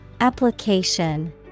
Application